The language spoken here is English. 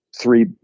three